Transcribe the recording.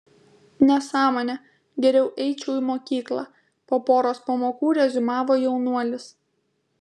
nesąmonė geriau eičiau į mokyklą po poros pamokų reziumavo jaunuolis